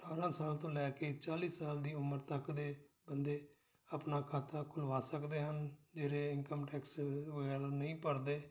ਅਠਾਰਾਂ ਸਾਲ ਤੋਂ ਲੈ ਕੇ ਚਾਲੀ ਸਾਲ ਦੀ ਉਮਰ ਤੱਕ ਦੇ ਬੰਦੇ ਆਪਣਾ ਖਾਤਾ ਖੁਲਵਾ ਸਕਦੇ ਹਨ ਜਿਹੜੇ ਇਨਕਮ ਟੈਕਸ ਵਗੈਰਾ ਨਹੀਂ ਭਰਦੇ